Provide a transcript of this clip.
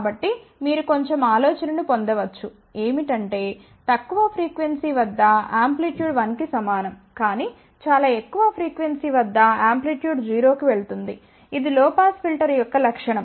కాబట్టి మీరు కొంచెం ఆలోచనను పొందవచ్చు ఏమిటంటే తక్కువ ఫ్రీక్వెన్సీ వద్ద ఆంప్లిట్యూడ్ 1 కి సమానం కాని చాలా ఎక్కువ ఫ్రీక్వెన్సీ వద్ద ఆంప్లిట్యూడ్ 0 కి వెళుతుంది ఇది లొ పాస్ ఫిల్టర్ యొక్క లక్షణం